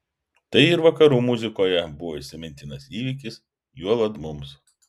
tai ir vakarų muzikoje buvo įsimintinas įvykis juolab mums